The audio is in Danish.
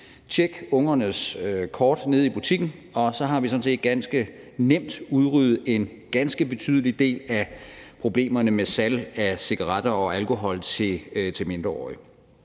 Tjek ungernes kort nede i butikken, og så har vi faktisk ganske nemt udryddet en ganske betydelig del af problemerne med salg af cigaretter og alkohol til mindreårige.